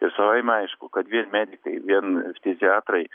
ir savaime aišku kad vien medikai vien ftiziatrai